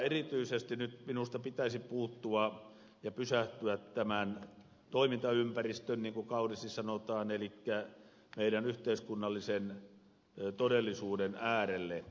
erityisesti minusta pitäisi nyt puuttua ja pysähtyä tämän toimintaympäristön niin kuin kauniisti sanotaan elikkä meidän yhteiskunnallisen todellisuuden äärelle